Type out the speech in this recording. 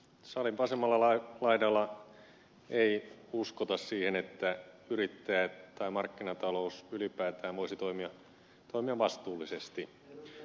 salin vasemmalla laidalla ei uskota siihen että yrittäjät tai markkinatalous ylipäätään voisi toimia vastuullisesti